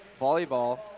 volleyball